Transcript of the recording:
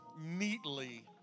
neatly